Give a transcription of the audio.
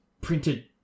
printed